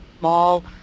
Mall